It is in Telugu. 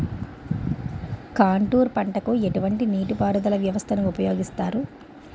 కాంటూరు పంటకు ఎటువంటి నీటిపారుదల వ్యవస్థను ఉపయోగిస్తారు?